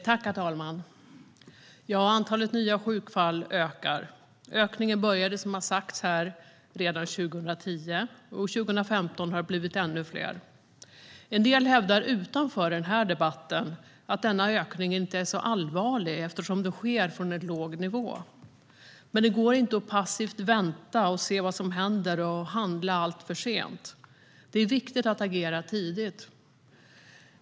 Herr talman! Antalet nya sjukfall ökar. Ökningen började, som har sagts här, redan 2010. År 2015 har det blivit ännu fler. En del hävdar utanför den här debatten att denna ökning inte är så allvarlig, eftersom den sker från en låg nivå. Men det går inte att passivt vänta och se vad som händer och att handla alltför sent. Det är viktigt att agera tidigt.